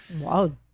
Wow